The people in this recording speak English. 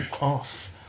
off